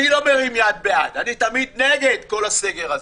אני לא מרים יד, אני תמיד נגד כל הסגר הזה.